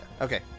Okay